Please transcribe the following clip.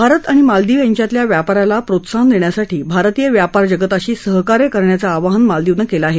भारत आणि मालदीव यांच्यातल्या व्यापाराला प्रोत्साहन देण्यासाठी भारतीय व्यापार जगताशी सहकार्य करण्याचं आवाहन मालदीवनं केलं आहे